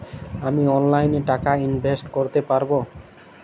আমি অনলাইনে টাকা ইনভেস্ট করতে পারবো?